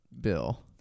bill